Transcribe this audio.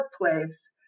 workplace